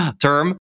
term